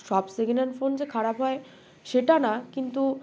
সব second hand phone যে খারাপ হয় সেটা না কিন্তু